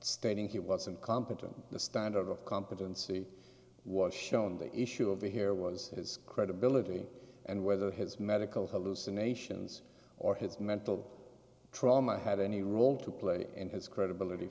stating he was incompetent the standard of competency was shown the issue over here was his credibility and whether his medical hallucinations or his mental trauma had any role to play in his credibility